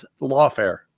lawfare